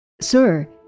Sir